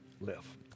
live